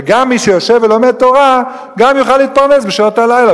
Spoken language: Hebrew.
וגם מי שיושב ולומד תורה יוכל להתפרנס בשעות הלילה,